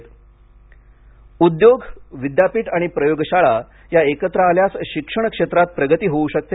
जावडेकर उदयोग विदयापीठ आणि प्रयोगशाळा या एकत्र आल्यास शिक्षण क्षेत्रात प्रगती होऊ शकते